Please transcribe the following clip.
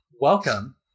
welcome